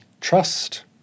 trust